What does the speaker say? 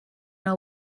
know